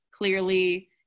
Clearly